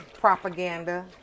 propaganda